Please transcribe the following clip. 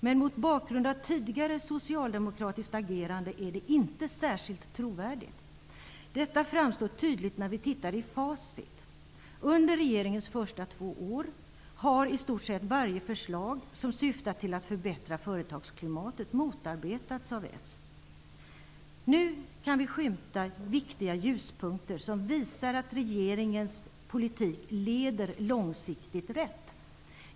Men mot bakgrund av tidigare socialdemokratiskt agerande är det inte särskilt trovärdigt. Detta framstår tydligt när vi tittar i facit. Under regeringens första två år har i stort sett varje förslag som syftat till att förbättra företagsklimatet motarbetats av socialdemokraterna. Nu kan vi skymta viktiga ljuspunkter, som visar att regeringens politik leder långsiktigt rätt.